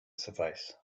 suffice